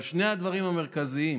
אבל שני הדברים המרכזיים